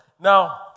Now